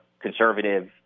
conservative